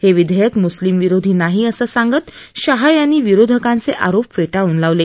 हे विधेयक मुस्लिम विरोधी नाही असं सांगत शाह यांनी विरोधकांचे आरोप फेटाळून लावले